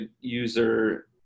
user